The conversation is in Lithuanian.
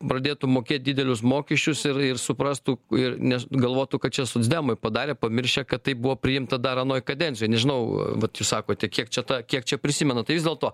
pradėtų mokėt didelius mokesčius ir ir suprastų ir nes galvotų kad čia socdemai padarė pamiršę kad tai buvo priimta dar anoje kadencijoj nežinau vat jūs sakote kiek čia ta kiek čia prisimena tai vis dėlto